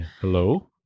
Hello